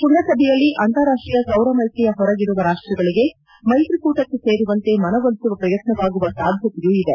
ಕೃಂಗಸಭೆಯಲ್ಲಿ ಅಂತಾರಾಷ್ಷೀಯ ಸೌರ ಮೈತ್ರಿಯ ಹೊರಗಿರುವ ರಾಷ್ಟಗಳಿಗೆ ಮೈತ್ರಿ ಕೂಟಕ್ಕೆ ಸೇರುವಂತೆ ಮನವೊಲಿಸುವ ಪ್ರಯತ್ನವಾಗುವ ಸಾಧ್ಯತೆ ಇದೆ